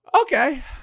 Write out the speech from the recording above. okay